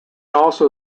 also